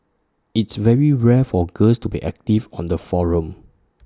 it's very rare for girls to be active on the forum